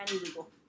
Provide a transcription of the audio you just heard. Illegal